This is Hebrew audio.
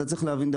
צריך להבין,